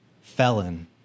Felon